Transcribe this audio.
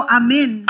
amen